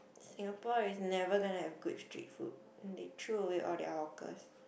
Singapore is never gonna have good street food they throw away all their hawkers